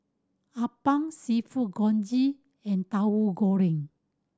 appam Seafood Congee and Tahu Goreng